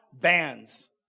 bands